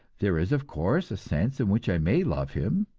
there is, of course, a sense in which i may love him,